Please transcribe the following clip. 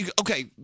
okay